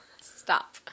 Stop